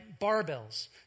barbells